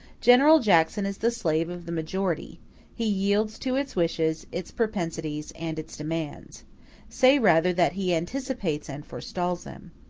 general jackson is the slave of the majority he yields to its wishes, its propensities, and its demands say rather, that he anticipates and forestalls them.